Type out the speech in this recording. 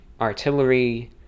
artillery